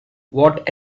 what